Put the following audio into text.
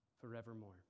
forevermore